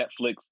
Netflix